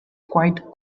quite